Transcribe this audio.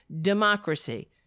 democracy